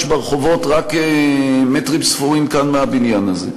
ברחובות רק מטרים ספורים כאן מהבניין הזה.